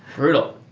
brutal.